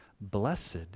Blessed